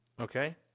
Okay